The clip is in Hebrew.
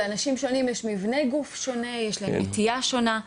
לאנשים שונים יש מבנה גוף שונה ויש להם נטייה שונה.